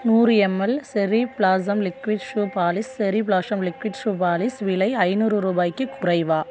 நூறு ml cherry blossom liquid shoe polish cherry blossom liquid shoe polish விலை ஐந்நூறு ரூபாய்க்கிக் குறைவா